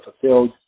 fulfilled